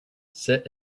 sit